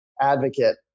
advocate